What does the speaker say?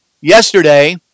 Yesterday